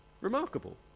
Remarkable